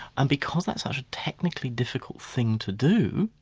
and because that's such a technically difficult thing to do,